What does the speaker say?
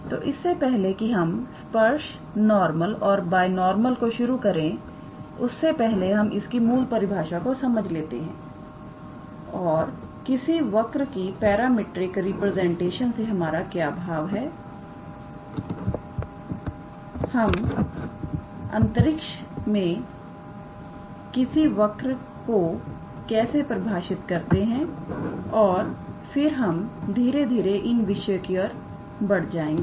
तो इससे पहले कि हम स्पर्श नॉर्मलबायनॉर्मल को शुरू करें उससे पहले हम इसकी मूल परिभाषा को समझ लेते हैं और किसी वर्क की पैरामेट्रिक रिप्रेजेंटेशन से हमारा क्या भाव है हम अंतरिक्ष मे किसी वर्क को कैसे परिभाषित करते हैं और फिर हम धीरे धीरे इन विषयों की ओर बढ़ जाएंगे